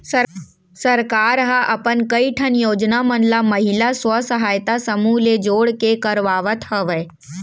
सरकार ह अपन कई ठन योजना मन ल महिला स्व सहायता समूह ले जोड़ के करवात हवय